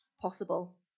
possible